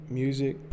music